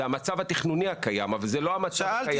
זה המצב התכנוני הקיים אבל זה לא המצב.